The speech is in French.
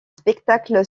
spectacle